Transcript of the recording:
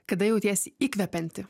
kada jautiesi įkvepianti